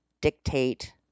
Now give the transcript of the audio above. dictate